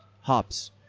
hops